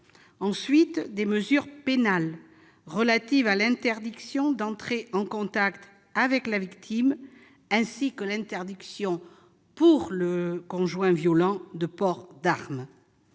couple. Les mesures pénales sont relatives à l'interdiction d'entrer en contact avec la victime et à l'interdiction, pour le conjoint violent, de port d'arme.